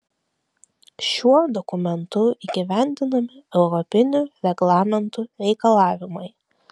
šiuo dokumentu įgyvendinami europinių reglamentų reikalavimai